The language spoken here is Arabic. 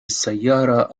السيارة